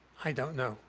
i don't know.